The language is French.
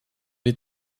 les